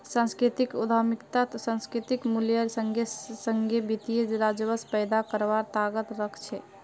सांस्कृतिक उद्यमितात सांस्कृतिक मूल्येर संगे संगे वित्तीय राजस्व पैदा करवार ताकत रख छे